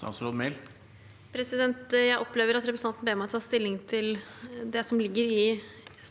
Jeg opplever at re- presentanten ber meg ta stilling til det som ligger i